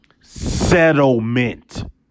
settlement